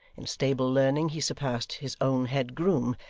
in stable learning he surpassed his own head groom,